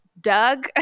doug